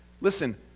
listen